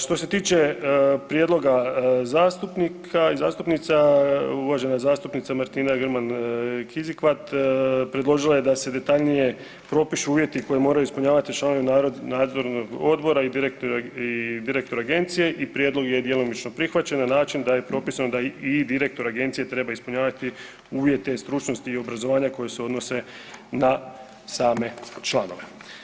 Što se tiče prijedloga zastupnika i zastupnica, uvažena zastupnica Martina Grman Kizikvat predložila je da se detaljnije propišu uvjeti koje moraju ispunjavati članovi nadzornog odbora i direktor agencije i prijedlog je djelomično prihvaćen na način da je propisano da i direktor agencije treba ispunjavati uvjete stručnosti i obrazovanja koji se odnose na same članove.